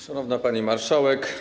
Szanowna Pani Marszałek!